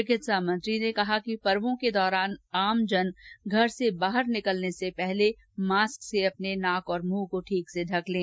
चिकित्सा मंत्री ने कहा कि पर्वों के दौरान आमजन घर से बाहर निकलने से पहले मास्क से अपने नाक और मुंह को ठीक से ढक लें